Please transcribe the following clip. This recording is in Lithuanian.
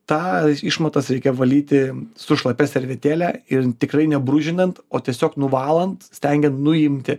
tą išmatas reikia valyti su šlapia servetėle ir tikrai ne brūžinant o tiesiog nuvalant stengiant nuimti